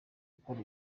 gukora